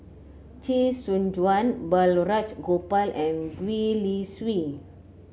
Chee Soon Juan Balraj Gopal and Gwee Li Sui